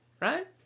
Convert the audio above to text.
right